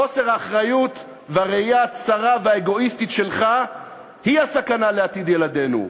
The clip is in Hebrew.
חוסר האחריות והראייה הצרה והאגואיסטית שלך הם הסכנה לעתיד ילדינו.